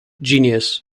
genius